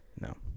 No